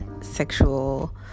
sexual